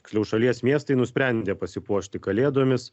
tiksliau šalies miestai nusprendė pasipuošti kalėdomis